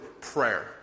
prayer